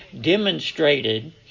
demonstrated